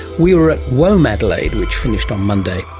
we were at womadelaide which finished on monday.